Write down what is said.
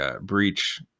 breach